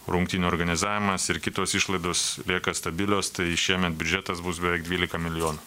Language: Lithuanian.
rungtynių organizavimas ir kitos išlaidos lieka stabilios tai šiemet biudžetas bus beveik dvylika milijonų